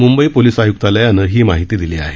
Mumbai police आयुक्तालयानं ही माहिती दिली आहे